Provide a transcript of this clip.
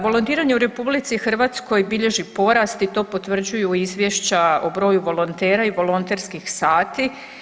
Volontiranje u RH bilježi porast i to potvrđuju izvješća o broju volontera i volonterskih sati.